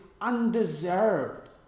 undeserved